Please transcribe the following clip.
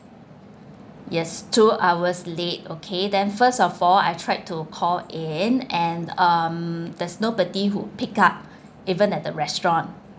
yes two hours late okay then first of all I've tried to call in and um there's nobody who pick up even at the restaurant